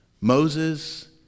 Moses